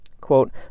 quote